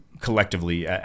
collectively